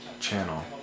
channel